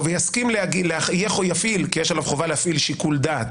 ויפעיל כי יש עליו חובה להפעיל שיקול דעת